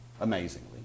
amazingly